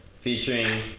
featuring